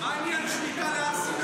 מה עניין שמיטה להר סיני?